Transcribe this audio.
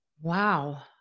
Wow